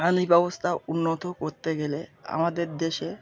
আইনি ব্যবস্থা উন্নত করতে গেলে আমাদের দেশে